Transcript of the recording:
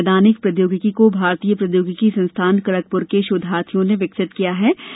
इस नैदानिक प्रौद्योगिकी को भारतीय प्रौद्योगिकी संस्थान खड़गपुर के शोधार्थियों ने विकसित किया है